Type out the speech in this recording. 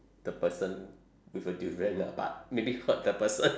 the person with a durian lah but maybe hurt the person